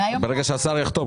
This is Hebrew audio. ברגע שהשר יחתום,